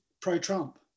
pro-trump